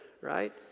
right